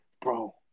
bro